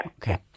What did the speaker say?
Okay